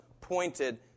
pointed